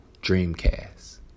Dreamcast